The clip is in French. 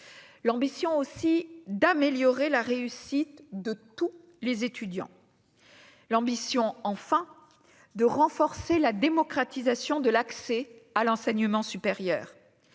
l'ambition aussi d'améliorer la réussite de tous les étudiants. L'ambition, enfin de renforcer la démocratisation de l'accès à l'enseignement supérieur